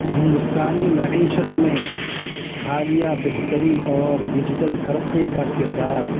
ہندوستانی معیشت میں حالیہ بہتری اور ڈیجیٹل ترقی کا کردار